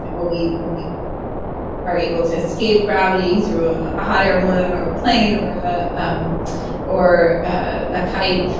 when we when we are able to escape gravity through ah a hot air balloon or a plane or ah um or a kite,